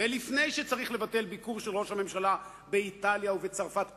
ולפני שצריך ביקור של ראש הממשלה באיטליה ובצרפת פתאום,